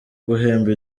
guhemba